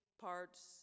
parts